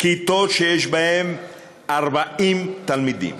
כיתות שיש בהן 40 תלמידים,